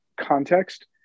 context